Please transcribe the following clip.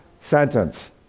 sentence